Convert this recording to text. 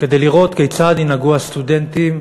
כדי לראות כיצד ינהגו הסטודנטים